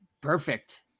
perfect